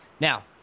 Now